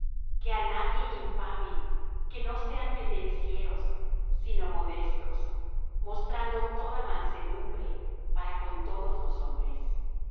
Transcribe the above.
que á nadie infamen que no sean pendencieros sino modestos mostrando toda mansedumbre para con todos los hombres